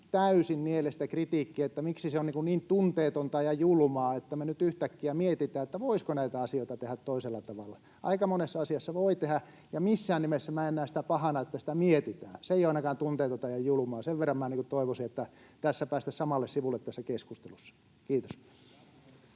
täysin niele sitä kritiikkiä, että miksi se on niin tunteetonta ja julmaa, että me nyt yhtäkkiä mietitään, voisiko näitä asioita tehdä toisella tavalla. Aika monessa asiassa voi tehdä, ja missään nimessä minä en näe sitä pahana, että sitä mietitään. Ainakaan se ei ole tunteetonta ja julmaa. Sen verran minä toivoisin, että tässä keskustelussa päästäisiin samalle sivulle. — Kiitos.